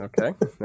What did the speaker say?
okay